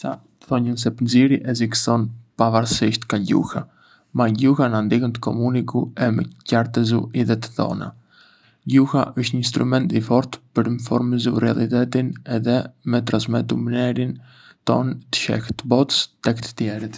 Ca thonjën se pënxieri ekziston pavarësisht ka gjuha, ma gjuha na ndihën të komuniku e me qartësu idetë tona. Gjuha është një strëmend i fort për me formësu realitetin edhe me transmetu mënyrën tonë të sheh të botës tek të tjerët.